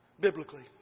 biblically